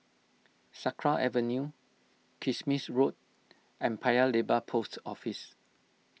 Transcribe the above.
Sakra Avenue Kismis Road and Paya Lebar Post Office